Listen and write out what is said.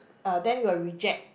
uh then it will reject